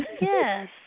Yes